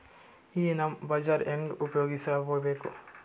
ಈ ನಮ್ ಬಜಾರ ಹೆಂಗ ಉಪಯೋಗಿಸಬೇಕು?